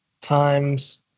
times